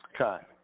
Okay